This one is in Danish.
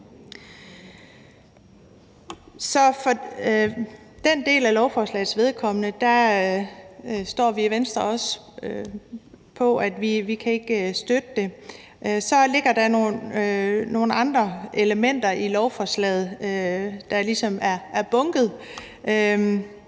for den del af lovforslagets vedkommende står vi i Venstre på, at vi ikke kan støtte det. Så ligger der nogle andre elementer i lovforslaget, der ligesom er bunket.